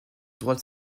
droites